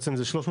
בעצם זה 330,